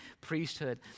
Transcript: priesthood